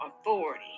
authority